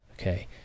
Okay